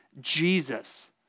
Jesus